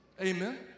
Amen